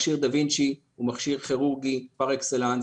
מכשיר דה וינצ’י הוא מכשיר כירורגי פר-אקסלנס,